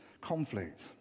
conflict